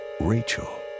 Rachel